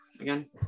again